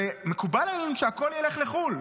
ומקובל עלינו שהכול ילך לחו"ל.